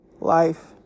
life